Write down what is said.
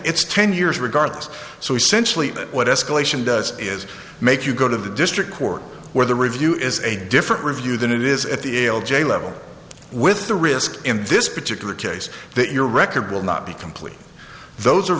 it's ten years regardless so essentially what escalation does is make you go to the district court where the review is a different review than it is at the ail j level with the risk in this particular case that your record will not be complete those are